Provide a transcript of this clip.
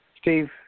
Steve